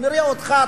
נראה אותך.